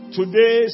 today